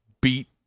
beat